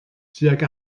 tuag